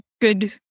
good